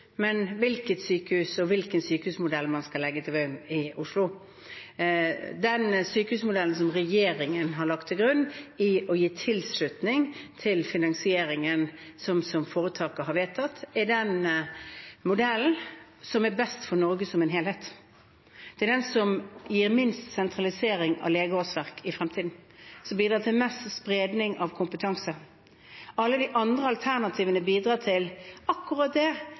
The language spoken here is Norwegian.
men hvilket sykehus og hvilken sykehusmodell man skal legge til grunn i Oslo. Den sykehusmodellen som regjeringen har lagt til grunn ved å gi tilslutning til finansieringen som foretaket har vedtatt, er den modellen som er best for Norge som helhet. Det er den som gir minst sentralisering av legeårsverk i fremtiden, og som bidrar til mest spredning av kompetanse. Alle de andre alternativene bidrar til akkurat det